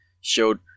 showed